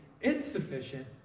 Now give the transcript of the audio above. insufficient